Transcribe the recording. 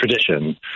tradition